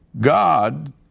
God